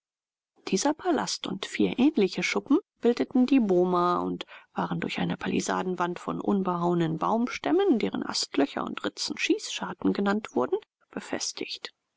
dieser palast und vier ähnliche schuppen bildeten die boma und waren durch eine palissadenwand von unbehauenen baumstämmen deren astlöcher und ritzen schießscharten genannt wurden befestigt